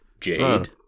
jade